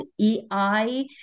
AI